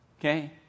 okay